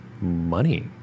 money